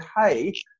hey